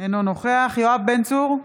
אינו נוכח יואב בן צור,